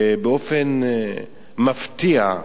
באופן מפתיע,